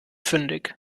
fündig